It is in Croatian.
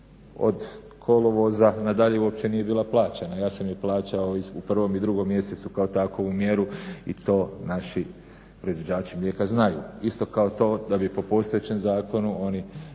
od kolovoza nadalje uopće nije bila plaćena. Ja sam je plaćao u 1. i 2. mjesecu kao takvu mjeru i to naši proizvođači mlijeka znaju, isto kao to da bi po postojećem zakonu oni